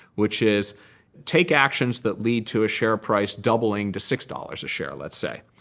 which is take actions that lead to a share price doubling to six dollars a share, let's say,